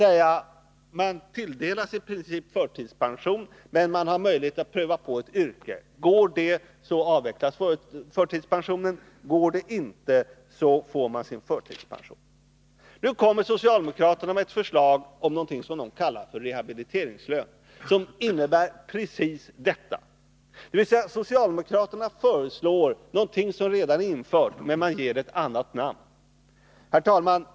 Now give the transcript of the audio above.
Det innebär att man tilldelas förtidspension, men har möjlighet att pröva på ett yrke. Går det bra, avvecklas förtidspensionen, går det inte får man sin förtidspension. Nu kommer socialdemokraterna med ett förslag som de kallar rehabiliteringslön, som innebär precis detta! Socialdemokraterna föreslår någonting som redan är infört, men ger det ett annat namn. Herr talman!